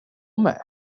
med